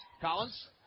Collins